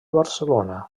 barcelona